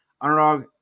Underdog